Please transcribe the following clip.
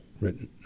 written